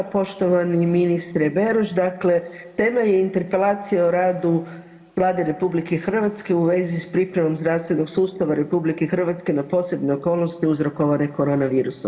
Poštovani ministre Beroš, dakle tema je Interpelacija o radu Vlade RH u vezi s pripremom zdravstvenog sustava RH na posebne okolnosti uzrokovane Corona virusom.